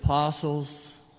Apostles